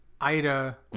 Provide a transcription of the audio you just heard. ida